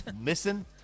missing